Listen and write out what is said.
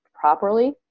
properly